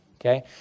okay